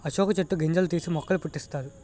అశోక చెట్టు గింజలు తీసి మొక్కల పుట్టిస్తారు